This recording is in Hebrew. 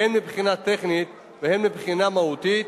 הן מבחינה טכנית והן מבחינה מהותית,